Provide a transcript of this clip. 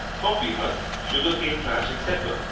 coffee husk, sugar cane trash etc.